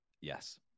yes